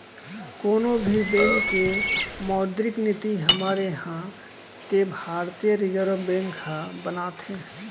कोनो भी बेंक के मौद्रिक नीति हमर इहाँ के भारतीय रिर्जव बेंक ह बनाथे